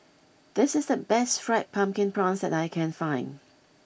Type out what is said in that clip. this is the best Fried Pumpkin Prawns that I can find